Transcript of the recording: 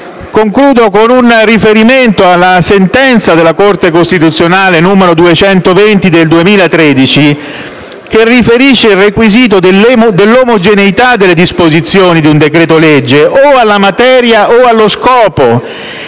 Concludo con un riferimento alla sentenza della Corte costituzionale n. 220 del 2013, che riferisce il requisito dell'omogeneità delle disposizioni di un decreto-legge o alla materia o allo scopo.